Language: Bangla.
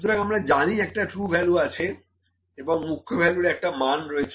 সুতরাং আমরা জানি একটা ট্রু ভ্যালু রয়েছে এবং মুখ্য ভ্যালুর একটা মান রয়েছে